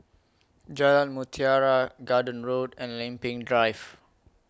Jalan Mutiara Garden Road and Lempeng Drive